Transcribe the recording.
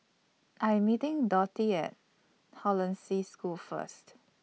I Am meeting Dotty At Hollandse School First